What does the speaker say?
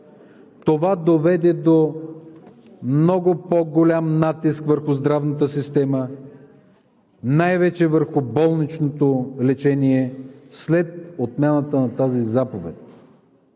Това доведе до много по-голям натиск върху здравната система, най-вече върху болничното лечение след отмяната на тази заповед.